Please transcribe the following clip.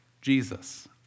Jesus